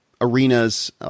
arenas